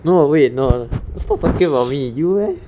no wait no stop talking about me you leh